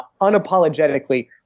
unapologetically